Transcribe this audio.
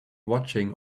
watching